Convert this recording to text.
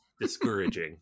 discouraging